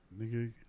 Nigga